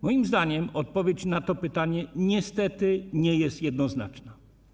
Moim zdaniem odpowiedź na to pytanie niestety nie jest jednoznaczna.